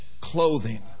clothing